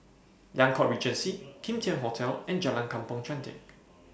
Liang Court Regency Kim Tian Hotel and Jalan Kampong Chantek